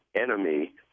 enemy